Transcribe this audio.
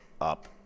up